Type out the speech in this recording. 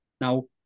Now